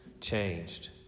changed